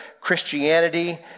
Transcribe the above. Christianity